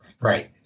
Right